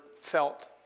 felt